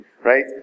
Right